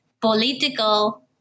political